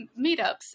meetups